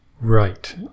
Right